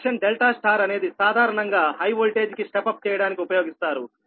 connection delta star అనేది సాధారణంగా high voltage కి స్టెప్ అప్ చేయడానికి ఉపయోగిస్తారు